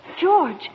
George